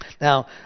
now